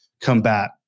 combat